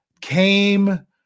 came